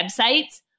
websites